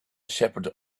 shepherd